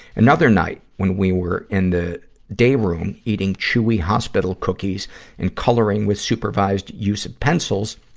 another night, when we were in the day room eating chewy hospital cookies and coloring with supervised use of pencils,